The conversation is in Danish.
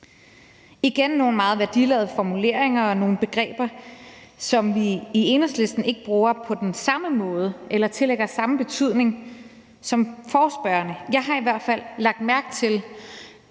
igen nogle meget værdiladede formuleringer og nogle begreber, som vi i Enhedslisten ikke bruger på den samme måde eller tillægger samme betydning, som forespørgerne gør. Jeg har i hvert fald lagt mærke til,